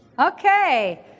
Okay